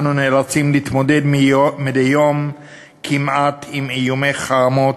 אנו נאלצים להתמודד מדי יום כמעט עם איומי חרמות,